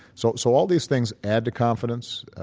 so so all these things add to confidence,